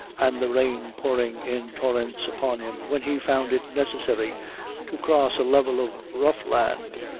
and the rain pouring in torrents upon him, when he found it necessary to cross a level of rough land,